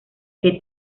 que